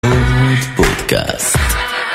פודקאסט